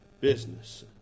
business